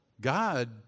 God